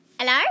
Hello